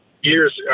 years